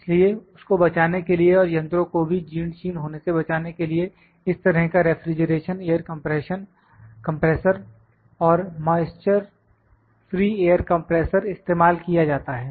इसलिए उसको बचाने के लिए और यंत्रों को भी जीर्णशीर्ण होने से बचाने के लिए इस तरह का रेफ्रिजरेशन एयर कंप्रेसर और मॉइस्चअ फ्री एयर कंप्रेसर इस्तेमाल किया जाता है